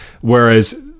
Whereas